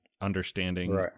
understanding